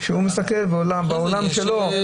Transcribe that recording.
שהוא מסתכל בעולם שלו,